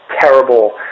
terrible